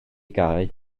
gae